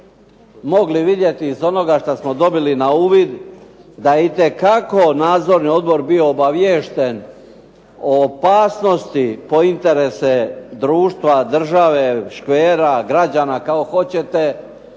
mogli vidjeti iz onoga što smo dobili na uvid da je itekako nadzorni odbor bio obaviješten o opasnosti po interese društva, države, škvera, građana, kako hoćete